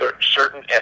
certain